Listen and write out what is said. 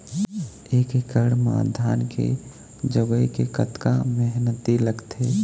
एक एकड़ म धान के जगोए के कतका मेहनती लगथे?